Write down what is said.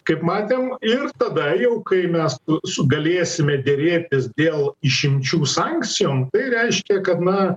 kaip matėm ir tada jau kai mes su galėsime derėtis dėl išimčių sankcijom tai reiškia kad na